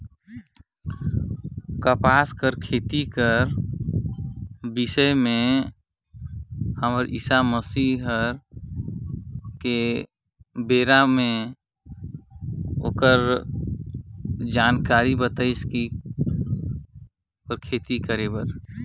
कपसा के बारे में ईसा मसीह के जुग में घलो जानकारी मिलथे